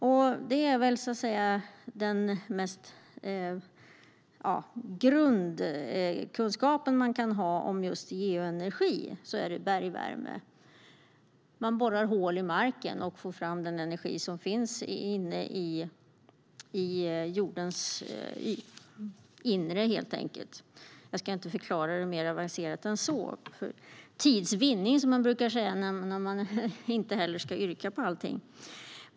Bergvärme är väl den mest grundläggande geoenergi som vi har kunskap om. Man borrar hål i marken och får fram den energi som finns i jordens inre. Jag ska inte förklara mer avancerat än så - för tids vinnande, som man brukar säga när man inte har för avsikt att lägga fram ett yrkande.